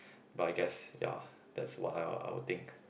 but I guess ya that's what I'll I'll think